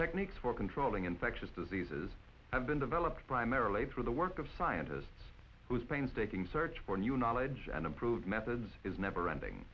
techniques for controlling infectious diseases have been developed primarily through the work of scientists whose painstaking search for new knowledge and improved methods is neverending